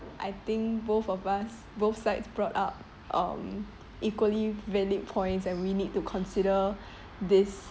I think both of us both sides brought up um equally valid points and we need to consider this